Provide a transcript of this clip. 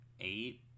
eight